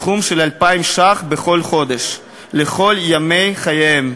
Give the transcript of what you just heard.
סך 2,000 ש"ח בכל חודש כל ימי חייהם.